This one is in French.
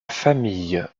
famille